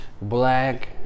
black